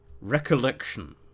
recollection